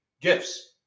gifts